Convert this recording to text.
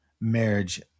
marriage